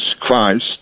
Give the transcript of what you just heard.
Christ